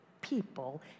people